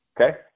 Okay